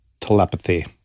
telepathy